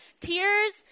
tears